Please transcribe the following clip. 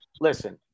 Listen